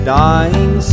dying